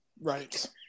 Right